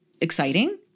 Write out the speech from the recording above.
exciting